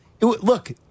look